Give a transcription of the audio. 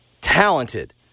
talented